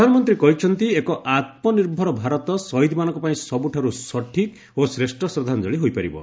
ପ୍ରଧାନମନ୍ତ୍ରୀ କହିଛନ୍ତି ଏକ ଆତ୍ମନିର୍ଭର ଭାରତ ଶହୀଦମାନଙ୍କ ପାଇଁ ସବୁଠାରୁ ସଠିକ୍ ଓ ଶ୍ରେଷ୍ଠ ଶ୍ରଦ୍ଧାଞ୍ଜଳି ହୋଇପାରିବ